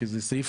כי זה סעיף,